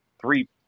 three